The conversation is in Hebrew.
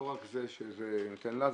לא רק זה שזה נותן לה,